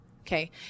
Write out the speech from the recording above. Okay